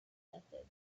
method